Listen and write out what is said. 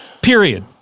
period